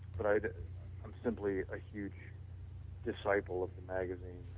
but i am simply a huge disciple of the magazine